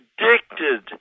addicted